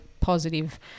positive